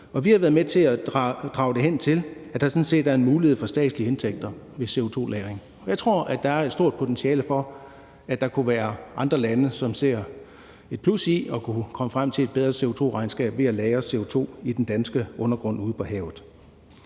Vi har været med til at drage det hen til, at der sådan set er en mulighed for statslige indtægter ved CO2-lagring. Jeg tror, der er et stort potentiale for, at der kunne være andre lande, som ser et plus i at kunne komme frem til et bedre CO2-regnskab ved at lagre CO2 i den danske undergrund ude på havet.